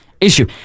issue